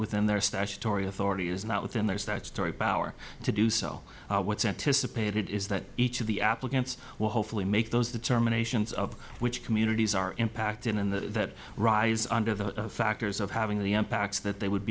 within their statutory authority is not within their statutory power to do so what's anticipated is that each of the applicants will hopefully make those determinations of which communities are impacted and that rise under the factors of having the impacts that they would